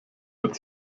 mit